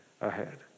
ahead